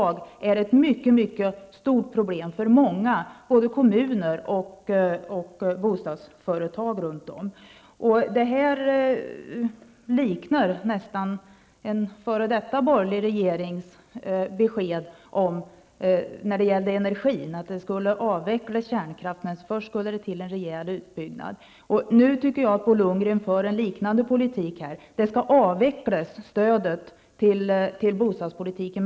Dessa kostnader är ju i dag ett mycket stort problem för många. Det gäller då både kommuner och bostadsföretag. Det här liknar nästan en f.d. borgerlig regerings besked om energin och avvecklingen av kärnkraften. Men först skulle det ju till en rejäl utbyggnad. Jag tycker att Bo Lundgren nu för en liknande politik. Stödet till bostadspolitiken skall avvecklas.